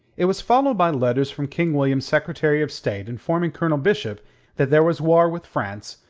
it was followed by letters from king william's secretary of state informing colonel bishop that there was war with france,